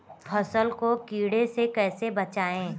फसल को कीड़े से कैसे बचाएँ?